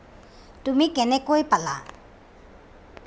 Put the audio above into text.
তুমি কেনেকৈ পালা